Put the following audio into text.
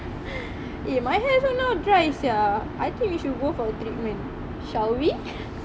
eh my hair also now dry sia I think we should go for treatment shall we